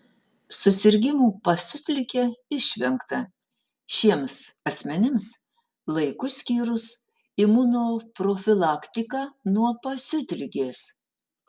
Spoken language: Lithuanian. susirgimų pasiutlige išvengta šiems asmenims laiku skyrus imunoprofilaktiką nuo pasiutligės